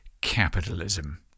capitalism